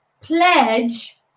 pledge